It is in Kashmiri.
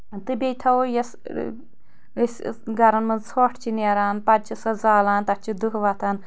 تہٕ بیٚیہِ تھاو یۄس أسۍ گرن منٛز ژھۄٹ چھ نیران پتہٕ چھِ سۄ زالان تتھ چھِ دٕہ وتھان